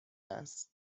است